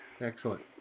Excellent